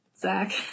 Zach